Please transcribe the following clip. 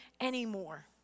anymore